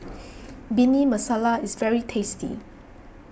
Bhindi Masala is very tasty